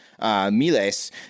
Miles